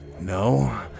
No